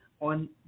on